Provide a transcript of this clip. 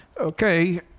okay